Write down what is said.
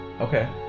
Okay